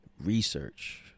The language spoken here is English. research